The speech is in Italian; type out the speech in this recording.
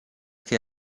che